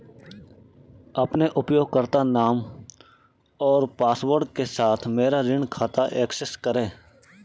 अपने उपयोगकर्ता नाम और पासवर्ड के साथ मेरा ऋण खाता एक्सेस करें